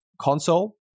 console